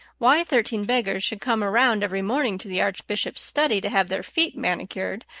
why thirteen beggars should come around every morning to the archbishop's study to have their feet manicured,